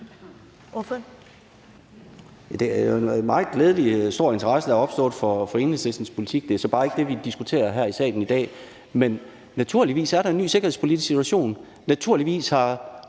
Det er jo en meget glædelig stor interesse, der er opstået for Enhedslistens politik. Det er så bare ikke det, vi diskuterer her i salen i dag. Men naturligvis er der en ny sikkerhedspolitisk situation, naturligvis har